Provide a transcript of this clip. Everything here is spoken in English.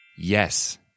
yes